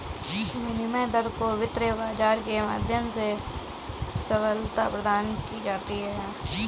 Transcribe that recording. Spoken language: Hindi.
विनिमय दर को वित्त बाजार के माध्यम से सबलता प्रदान की जाती है